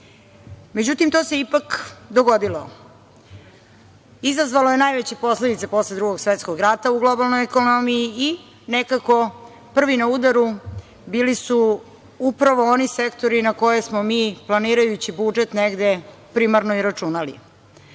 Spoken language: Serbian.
svet.Međutim, to se ipak dogodilo. Izazvalo je naveće posledice posle Drugog svetskog rata u globalnoj ekonomiji. Nekako, prvi na udaru bili su upravo oni sektori na koje smo mi planirajući budžet negde primarno i računali,